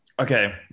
okay